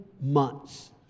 months